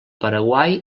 paraguai